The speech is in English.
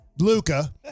Luca